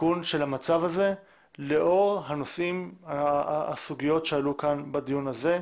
תיקון של המצב הזה לאור הסוגיות שעלו כאן בדיון הזה,